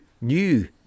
new